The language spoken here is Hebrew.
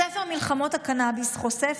הספר "מלחמות הקנביס" חושף,